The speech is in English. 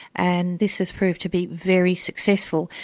and this has proved to be very successful.